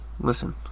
Listen